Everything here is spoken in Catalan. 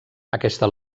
aquesta